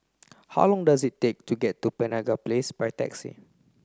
how long does it take to get to Penaga Place by taxi